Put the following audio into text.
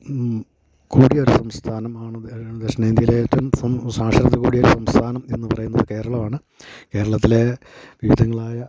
കൂടിയ ഒരു സംസ്ഥാനമാണ് ദക്ഷിണേന്ത്യയിലെ ഏറ്റവും സാക്ഷരത കൂടിയ ഒരു സംസ്ഥാനം എന്നു പറയുന്നത് കേരളമാണ് കേരളത്തിലെ വിവിധങ്ങളായ